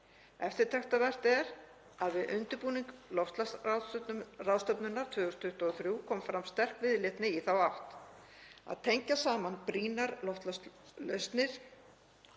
Eftirtektarvert er að við undirbúning loftslagsráðstefnunnar 2023 kom fram sterk viðleitni í þá átt að tengja saman brýnar loftslagslausnir,